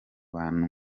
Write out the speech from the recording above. bantu